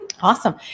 Awesome